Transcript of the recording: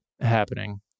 happening